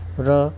र